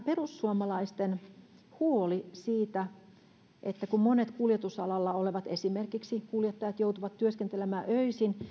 perussuomalaisten huoleen siitä kun monet kuljetusalalla olevat esimerkiksi kuljettajat joutuvat työskentelemään öisin